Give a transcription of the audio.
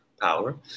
power